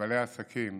ובעלי העסקים,